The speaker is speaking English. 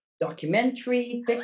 documentary